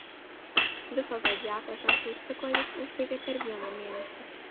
visą zodiako ženklų ciklą jis užbaigia per vieną mėnesį